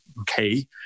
Okay